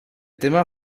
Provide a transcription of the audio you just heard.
tema